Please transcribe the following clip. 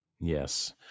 Yes